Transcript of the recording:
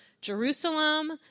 Jerusalem